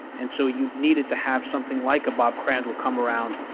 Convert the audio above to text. and so, you needed to have something like a bob crandall come-around,